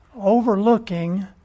overlooking